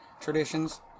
traditions